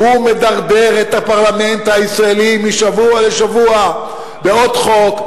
מדרדר את הפרלמנט הישראלי משבוע לשבוע בעוד חוק,